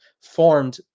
formed